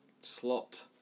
slot